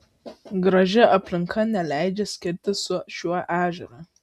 graži aplinka neleidžia skirtis su šiuo ežeru